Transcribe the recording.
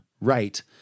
right